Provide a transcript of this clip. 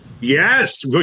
Yes